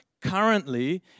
currently